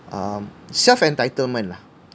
um self entitlement lah